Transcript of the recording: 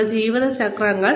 നമ്മുടെ ജീവിത ചക്രങ്ങൾ